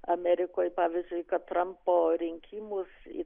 amerikoj pavyzdžiui kad trampo rinkimus